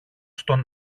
στον